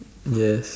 yes